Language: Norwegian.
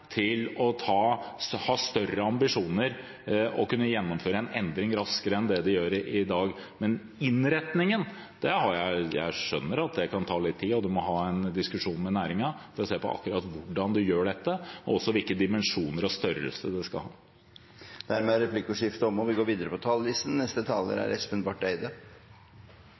til å ha større ambisjoner og kunne gjennomføre en endring raskere enn det de gjør i dag. Men når det gjelder innretningen, skjønner jeg at det kan ta litt tid, og at man må ha en diskusjon med næringen for å se på akkurat hvordan man gjør dette, og hvilken dimensjon og størrelse det skal ha. Replikkordskiftet er omme. Jeg vil også begynne med å takke for samarbeidet i komiteen. Det vi